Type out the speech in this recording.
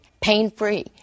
pain-free